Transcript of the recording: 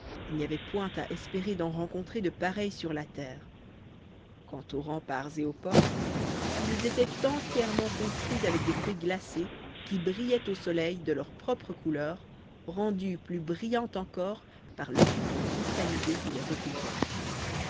il n'y avait point à espérer d'en rencontrer de pareils sur la terre quant aux remparts et aux portes ils étaient entièrement construits avec des fruits glacés qui brillaient au soleil de leur propre couleur rendue plus brillante encore par le sucre cristallisé qui les recouvrait